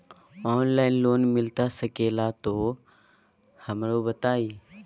Online loan मिलता सके ला तो हमरो बताई?